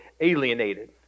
alienated